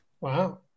Wow